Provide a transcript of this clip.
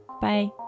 Bye